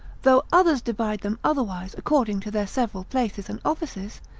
though others divide them otherwise according to their several places and offices,